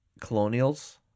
Colonials